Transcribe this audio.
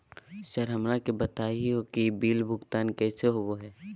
Sir हमरा के बता हो कि बिल भुगतान कैसे होबो है?